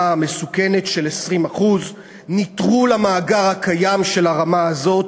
המסוכנת של 20%; נטרול המאגר הקיים של הרמה הזאת,